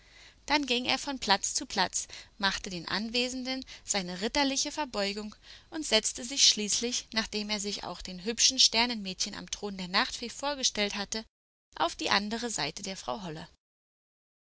dann ging er von platz zu platz machte den anwesenden seine ritterliche verbeugung und setzte sich schließlich nachdem er sich auch den hübschen sternenmädchen am thron der nachtfee vorgestellt hatte auf die andere seite der frau holle